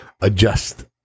adjust